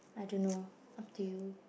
I don't know up to you